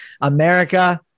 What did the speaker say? America